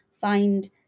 find